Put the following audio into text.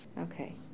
Okay